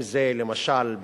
למשל,